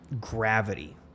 gravity